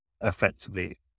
effectively